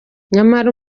nyamara